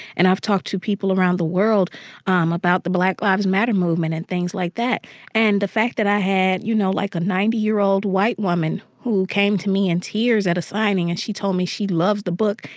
and i've talked to people around the world um about the black lives matter movement and things like that and the fact that i had, you know, like, a ninety year old white woman who came to me in tears at a signing, and she told me she loved the book,